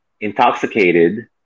intoxicated